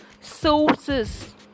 sources